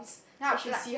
ya like